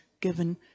given